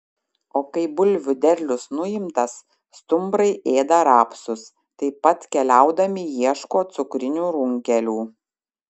o kai bulvių derlius nuimtas stumbrai ėda rapsus taip pat keliaudami ieško cukrinių runkelių